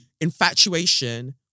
infatuation